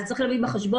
אז צריך להביא בחשבון,